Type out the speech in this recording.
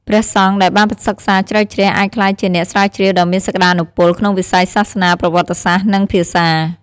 ព្រះសង្ឃដែលបានសិក្សាជ្រៅជ្រះអាចក្លាយជាអ្នកស្រាវជ្រាវដ៏មានសក្តានុពលក្នុងវិស័យសាសនា ប្រវត្តិសាស្ត្រ និងភាសា។